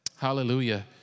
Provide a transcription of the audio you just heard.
Hallelujah